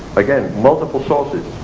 again multiple sources,